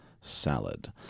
Salad